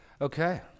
Okay